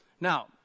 Now